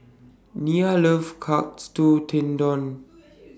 Nena loves Katsu Tendon